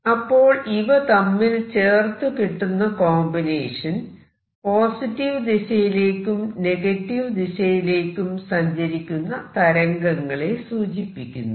അപ്പോൾ ഇവ തമ്മിൽ ചേർത്ത് കിട്ടുന്ന കോമ്പിനേഷൻ പോസിറ്റീവ് ദിശയിലേക്കും നെഗറ്റീവ് ദിശയിലേക്കും സഞ്ചരിക്കുന്ന തരംഗങ്ങളെ സൂചിപ്പിക്കുന്നു